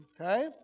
okay